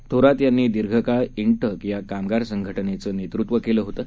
थोरात यांनी दीर्घकाळ इंटक या कामगार संघटनेचं नेतृत्व केलं होतं